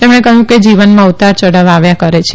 તેમણે કહયું કે જીવનમાં ઉતાર ચડાવ આવ્યા કરે છે